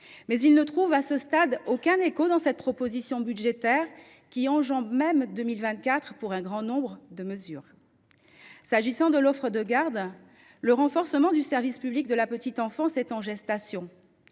ils ne trouvent aucun écho dans cette proposition budgétaire, qui enjambe 2024 pour un grand nombre de mesures. S’agissant de l’offre de garde, le service public de la petite enfance est en gestation.